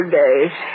days